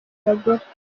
bagore